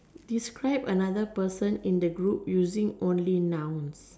describe the another person in the group using only nouns